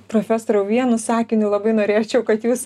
profesoriau vienu sakiniu labai norėčiau kad jūs